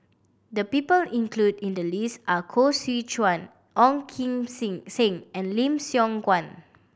the people included in the list are Koh Seow Chuan Ong Kim Sing Seng and Lim Siong Guan